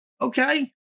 Okay